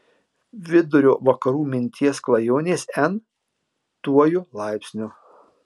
vidurio vakarų minties klajonės n tuoju laipsniu